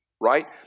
right